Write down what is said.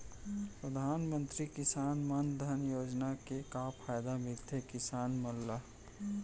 परधानमंतरी किसान मन धन योजना के का का फायदा मिलथे किसान मन ला?